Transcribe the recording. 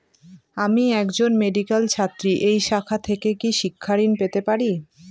আমি একজন মেডিক্যাল ছাত্রী এই শাখা থেকে কি শিক্ষাঋণ পেতে পারি?